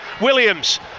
Williams